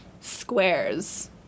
squares